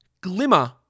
glimmer